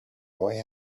boy